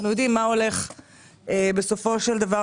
אנחנו יודעים מה הולך בסופו של דבר.